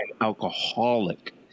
alcoholic